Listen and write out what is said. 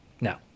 Now